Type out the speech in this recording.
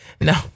No